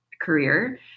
career